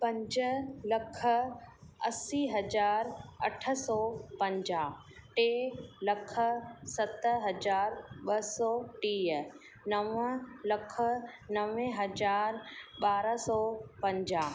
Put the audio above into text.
पंज लख असी हज़ार अठ सौ पंजाह टे लख सत हज़ार ॿ सौ टीह नव लख नवे हज़ार ॿारहं सौ पंजाह